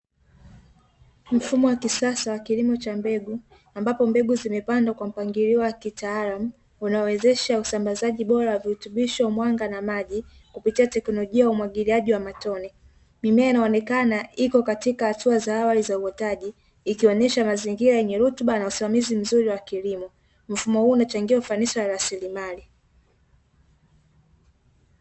Mfumo wa kisasa wa kilimo cha mbegu ambapo mbegu zimepandwa kwa mpangilio wa kitaalamu, unaowezesha usambazaji bora wa virutubisho mwanga na maji kupitia teknolojia ya umwagiliaji wa matone. Mimea inaonekana iko katika hatua za awali za uotaji ikionyesha mazingira yenye rutuba na usimamizi mzuri wa kilimo, mfumo huu unachangia ufanisi wa rasilimali.